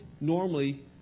normally